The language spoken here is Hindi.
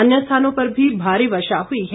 अन्य स्थानों पर भी भारी वर्षा हुई है